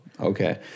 Okay